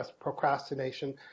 procrastination